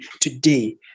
today